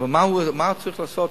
אבל מה צריך לעשות?